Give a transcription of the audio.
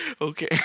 Okay